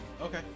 Okay